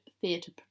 theatre